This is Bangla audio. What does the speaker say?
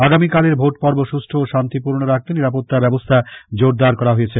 আগামীকালের ভোট পর্ব সুষ্ঠু ও শান্তিপূর্ন রাখতে নিরাপত্তা ব্যবস্থা জোরদার করা হয়েছে